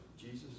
Jesus